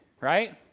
right